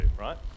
right